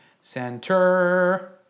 Center